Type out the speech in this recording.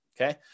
okay